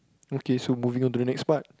okay so moving on to the next part